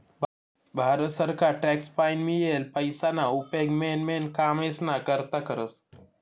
भारत सरकार टॅक्स पाईन मियेल पैसाना उपेग मेन मेन कामेस्ना करता करस